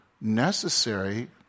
necessary